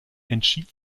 entschied